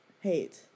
hate